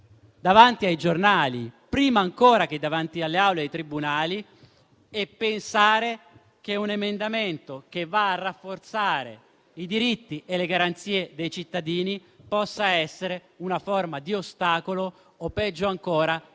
davanti ai giornali, prima ancora che davanti alle aule dei tribunali, e pensare che un emendamento che va a rafforzare i diritti e le garanzie dei cittadini possa essere una forma di ostacolo, o peggio ancora di impunità